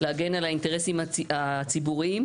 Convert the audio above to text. להגן על האינטרסים הציבוריים,